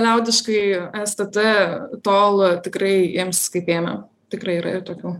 liaudiškai stt tol tikrai ims kaip ėmę tikrai yra ir tokių